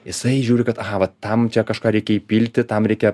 jisai žiūri kad aha va tam čia kažką reikia įpilti tam reikia